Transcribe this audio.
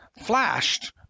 flashed